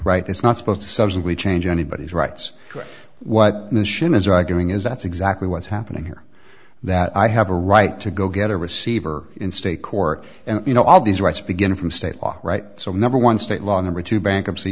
right it's not supposed to subs we change anybody's rights what machine is arguing is that's exactly what's happening here that i have a right to go get a receiver in state court and you know all these rights begin from state law right so number one state law number two bankruptcy